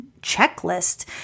checklist